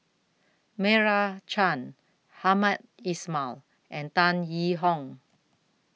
Meira Chand Hamed Ismail and Tan Yee Hong